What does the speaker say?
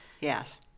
Yes